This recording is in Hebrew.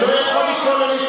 אתם לא יכולים להפריע לה.